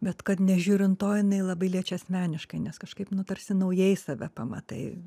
bet kad nežiūrint to jinai labai liečia asmeniškai nes kažkaip nu tarsi naujai save pamatai